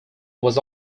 was